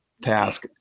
task